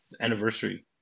anniversary